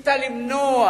ניסית למנוע